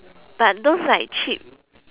but those like cheap